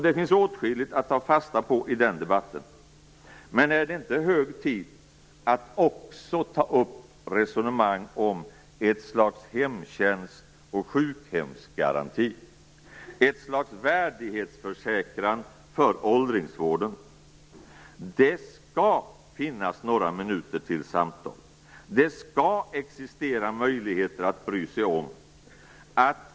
Det finns åtskilligt att ta fasta på i den debatten. Men är det inte hög tid att också ta upp ett resonemang om ett slags hemtjänst och sjukhemsgaranti, ett slags värdighetsförsäkran för åldringsvården? Det skall finnas några minuter till samtal. Det skall existera möjligheter att bry sig om.